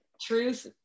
truth